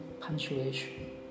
punctuation